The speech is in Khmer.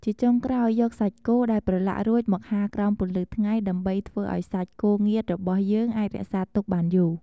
ជាចុងក្រោយយកសាច់គោដែលប្រឡាក់រួចមកហាលក្រោមពន្លឺថ្ងៃដើម្បីធ្វើឲ្យសាច់គោងៀតរបស់យើងអាចរក្សាទុកបានយូរ។